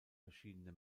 verschiedene